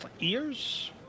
ears